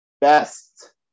best